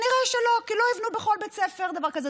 נראה שלא, כי לא יבנו בכל בית ספר דבר כזה.